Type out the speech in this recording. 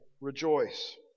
rejoice